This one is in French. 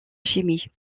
chimie